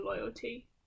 loyalty